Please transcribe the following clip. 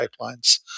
pipelines